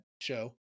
show